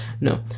No